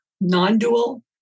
non-dual